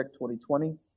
2020